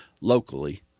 locally